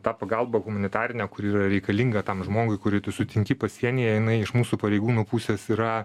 tą pagalbą humanitarinę kuri yra reikalinga tam žmogui kurį tu sutinki pasienyje jinai iš mūsų pareigūnų pusės yra